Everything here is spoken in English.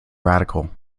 radical